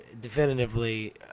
definitively